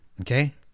okay